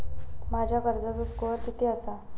माझ्या कर्जाचो स्कोअर किती आसा?